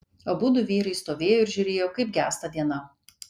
abudu vyrai stovėjo ir žiūrėjo kaip gęsta diena